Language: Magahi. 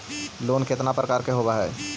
लोन केतना प्रकार के होव हइ?